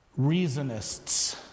reasonists